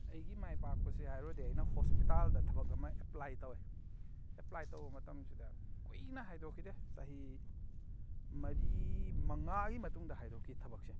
ꯑꯩꯒꯤ ꯃꯥꯏ ꯄꯥꯛꯄꯁꯦ ꯍꯥꯏꯔꯨꯔꯗꯤ ꯑꯩꯅ ꯍꯣꯁꯄꯤꯇꯥꯜꯗ ꯊꯕꯛ ꯑꯃ ꯑꯦꯄ꯭ꯂꯥꯏ ꯇꯧꯏ ꯑꯦꯄ꯭ꯂꯥꯏ ꯇꯧꯕ ꯃꯇꯝꯁꯤꯗ ꯀꯨꯏꯅ ꯍꯥꯗꯣꯛꯈꯤꯗꯦ ꯆꯍꯤ ꯃꯔꯤ ꯃꯉꯥꯒꯤ ꯃꯇꯨꯡꯗ ꯍꯥꯏꯗꯣꯛꯈꯤ ꯊꯕꯛꯁꯦ